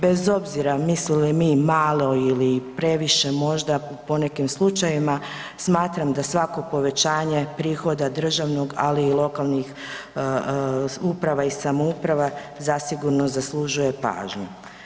Bez obzira mislili mi malo ili previše možda u ponekim slučajevima smatram da svako povećanje prihoda državnog, ali i lokalnih uprava i samouprava zasigurno zaslužuje pažnju.